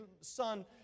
son